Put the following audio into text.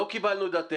לא קיבלנו את דעתך.